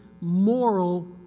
moral